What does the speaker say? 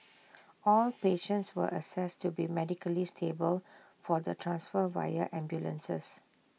all patients were assessed to be medically stable for the transfer via ambulances